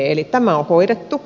eli tämä on hoidettu